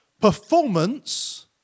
Performance